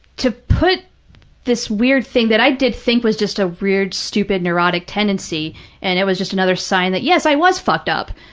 to put this weird thing, that i did think was just a weird, stupid, neurotic tendency and it was just another sign that, yes, i was fucked up,